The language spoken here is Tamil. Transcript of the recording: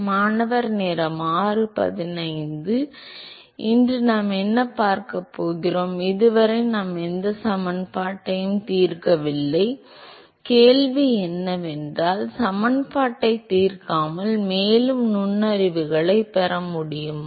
மாணவர் இன்று நாம் என்ன பார்க்கப் போகிறோம் இதுவரை நாம் எந்த சமன்பாட்டையும் தீர்க்கவில்லை கேள்வி என்னவென்றால் சமன்பாட்டை தீர்க்காமல் மேலும் நுண்ணறிவுகளைப் பெற முடியுமா